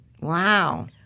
Wow